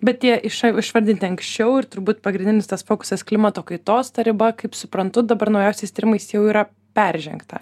bet tie iš išvardinti anksčiau ir turbūt pagrindinis tas fokusas klimato kaitos ta riba kaip suprantu dabar naujausiais tyrimais jau yra peržengta